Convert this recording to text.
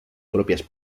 propias